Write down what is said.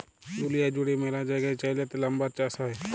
দুঁলিয়া জুইড়ে ম্যালা জায়গায় চাইলাতে লাম্বার চাষ হ্যয়